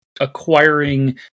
acquiring